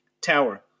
Tower